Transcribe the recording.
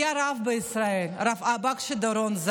היה רב בישראל, הרב בקשי דורון,